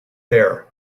there